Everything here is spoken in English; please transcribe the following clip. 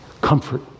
Comfort